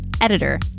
editor